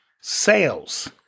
sales